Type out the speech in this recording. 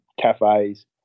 cafes